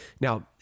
Now